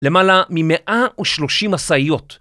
למעלה ממאה ושלושים משאיות.